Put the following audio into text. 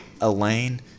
Elaine